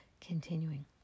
Continuing